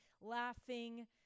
laughing